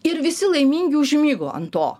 ir visi laimingi užmigo ant to